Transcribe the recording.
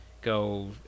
Go